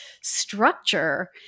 structure